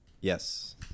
Yes